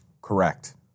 Correct